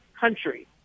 country